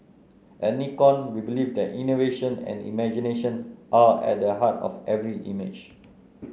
at Nikon we believe that innovation and imagination are at the heart of every image